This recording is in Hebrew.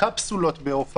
וקפסולות באולם,